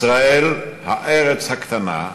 ישראל, הארץ הקטנה,